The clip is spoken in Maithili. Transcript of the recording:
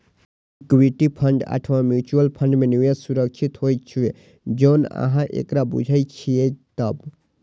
इक्विटी फंड अथवा म्यूचुअल फंड मे निवेश सुरक्षित होइ छै, जौं अहां एकरा बूझे छियै तब